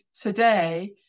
today